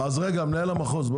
מנהל המחוז,